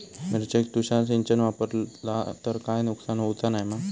मिरचेक तुषार सिंचन वापरला तर काय नुकसान होऊचा नाय मा?